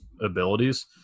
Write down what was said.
abilities